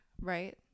right